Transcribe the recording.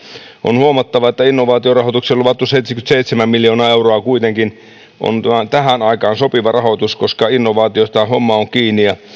on huomattava että innovaatiorahoitukseen luvattu seitsemänkymmentäseitsemän miljoonaa euroa kuitenkin on tähän aikaan sopiva rahoitus koska innovaatioista homma on kiinni ja